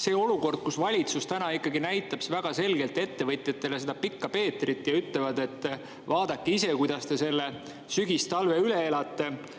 kui valitsus ikkagi näitab väga selgelt ettevõtjatele Pikka Peetrit ja ütleb, et vaadake ise, kuidas te selle sügistalve üle elate,